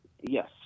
Yes